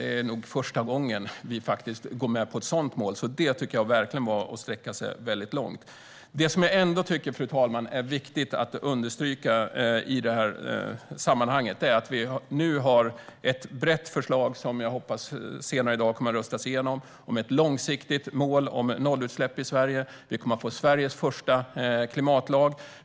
Det är nog första gången vi går med på ett sådant mål, så det tycker jag verkligen var att sträcka sig väldigt långt. Fru talman! Det som jag ändå tycker är viktigt att understryka i det här sammanhanget är att vi nu har ett brett förslag om ett långsiktigt mål om nollutsläpp i Sverige som jag hoppas kommer att röstas igenom senare i dag. Vi kommer att få Sveriges första klimatlag.